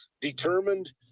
determined